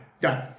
Done